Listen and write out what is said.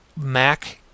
Mac